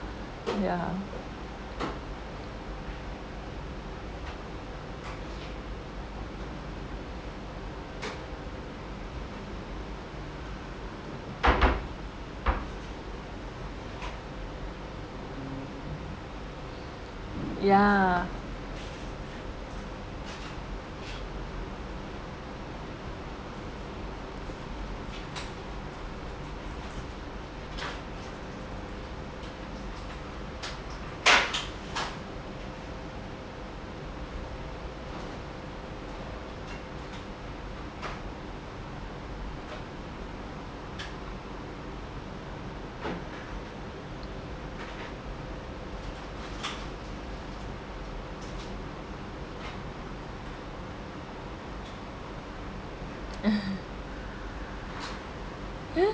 yeah yeah